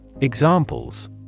Examples